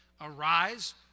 Arise